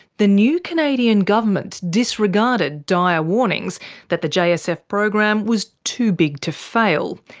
the new canadian government disregarded dire warnings that the jsf program was too big to fail.